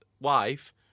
wife